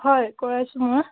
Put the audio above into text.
হয় কৰাইছোঁ মই